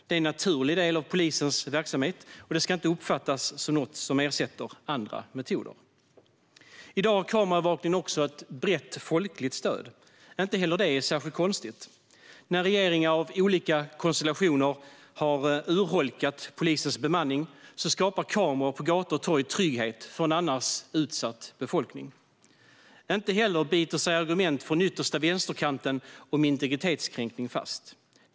Det är en naturlig del av polisens verksamhet och ska inte uppfattas som något som ersätter andra metoder. I dag har kameraövervakning också ett brett folkligt stöd. Inte heller det är särskilt konstigt. När regeringar av olika konstellationer har urholkat polisens bemanning skapar kameror på gator och torg trygghet för en annars utsatt befolkning. Inte heller biter sig argument från yttersta vänsterkanten om integritetskränkning fast.